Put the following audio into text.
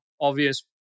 obvious